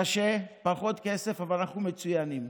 קשה, פחות כסף, אבל אנחנו מצוינים.